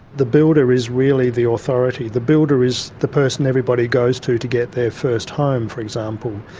the builder is really the authority. the builder is the person everybody goes to to get their first home, for example.